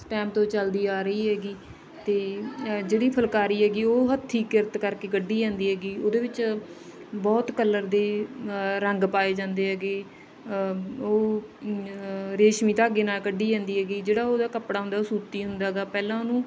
time ਤੋਂ ਚਲਦੀ ਆ ਰਹੀ ਹੈਗੀ ਅਤੇ ਜਿਹੜੀ ਫੁਲਕਾਰੀ ਹੈਗੀ ਉਹ ਹੱਥੀਂ ਕਿਰਤ ਕਰਕੇ ਕੱਢੀ ਜਾਂਦੀ ਹੈਗੀ ਉਹਦੇ ਵਿੱਚ ਬਹੁਤ ਕਲਰ ਦੀ ਰੰਗ ਪਾਏ ਜਾਂਦੇ ਹੈਗੇ ਉਹ ਰੇਸ਼ਮੀ ਧਾਗੇ ਨਾਲ ਕੱਢੀ ਜਾਂਦੀ ਹੈਗੀ ਜਿਹੜਾ ਉਹਦਾ ਕੱਪੜਾ ਹੁੰਦਾ ਉਹ ਸੂਤੀ ਹੁੰਦਾ ਗਾ ਪਹਿਲਾਂ ਉਹਨੂੰ